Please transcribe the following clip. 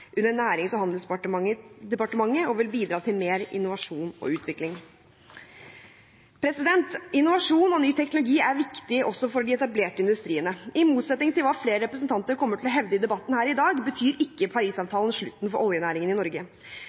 under Nærings- og handelsdepartementet og vil bidra til mer innovasjon og utvikling. Innovasjon og ny teknologi er viktig også for de etablerte industriene. I motsetning til hva flere representanter kommer til å hevde i debatten her i dag, betyr ikke Paris-avtalen slutten for oljenæringen i Norge.